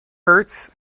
hurts